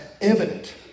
evident